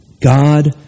God